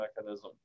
mechanism